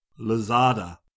Lazada